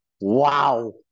wow